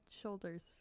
shoulders